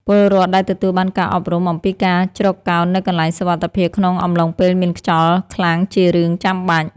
ពលរដ្ឋដែលទទួលបានការអប់រំអំពីការជ្រកកោននៅកន្លែងសុវត្ថិភាពក្នុងអំឡុងពេលមានខ្យល់ខ្លាំងជារឿងចាំបាច់។